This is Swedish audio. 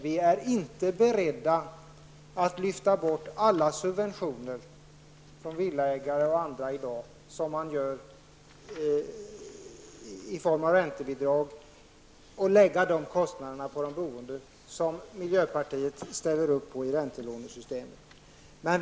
Vi är i dag inte beredda att lyfta bort alla subventioner från villaägare och andra, som görs i form av räntebidragen, och lägga kostnaderna på de boende, vilket miljöpartiet ställer sig bakom när det gäller räntelånesystemet.